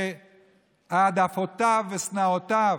העדפותיו ושנאותיו.